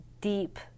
deep